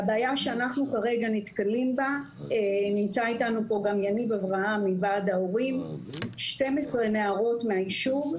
והבעיה שאנחנו נתקלים בה כרגע היא של 12 נערות מהיישוב.